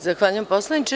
Zahvaljujem poslaniče.